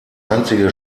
einzige